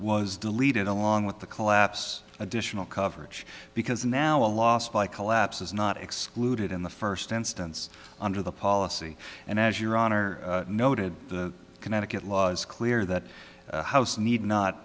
was deleted along with the collapse additional coverage because now a loss by collapse is not excluded in the first instance under the policy and as your honor noted the connecticut law is clear that house need not